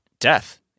death